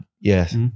yes